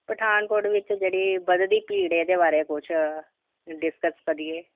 ਪਠਾਨਕੋਟ ਵਿੱਚ ਜਿਹੜੀ ਵੱਧਦੀ ਭੀੜ ਇਹਦੇ ਬਾਰੇ ਕੁਝ ਡਿਸਕਸ ਕਰੀਏ